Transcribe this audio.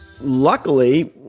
luckily